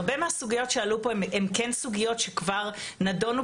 הרבה מהסוגיות שעלו פה הם כן סוגיות שכבר נדונו